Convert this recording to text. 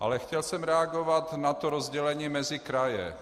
Ale chtěl jsem reagovat na to rozdělení mezi kraje.